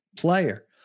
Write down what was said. player